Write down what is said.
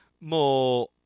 more